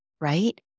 right